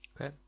Okay